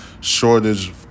shortage